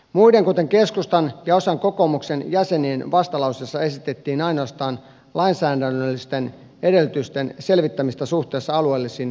muiden kuten keskustan ja osan kokoomuksen jäsenistä vastalauseessa esitettiin ainoastaan lainsäädännöllisten edellytysten selvittämistä suhteessa alueellisiin kokeiluihin